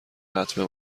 لطمه